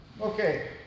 Okay